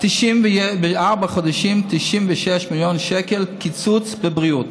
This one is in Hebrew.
בארבעה חודשים, 96 מיליון שקל קיצוץ בבריאות.